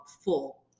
full